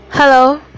hello